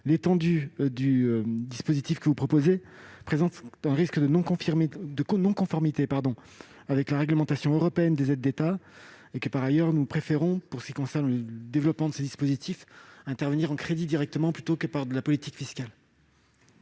l'étendue du dispositif que vous proposez présente un risque de non-conformité avec la réglementation européenne des aides d'État. Par ailleurs, nous préférons, pour ce qui concerne le développement de ces infrastructures, intervenir directement par des crédits, plutôt que par la politique fiscale.